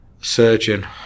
surgeon